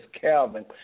Calvin